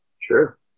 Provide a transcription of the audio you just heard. Sure